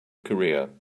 career